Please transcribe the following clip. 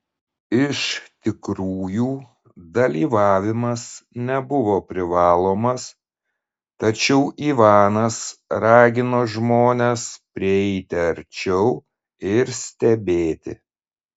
iš tikrųjų dalyvavimas nebuvo privalomas tačiau ivanas ragino žmones prieiti arčiau ir stebėti